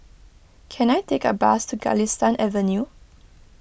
can I take a bus to Galistan Avenue